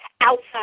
outside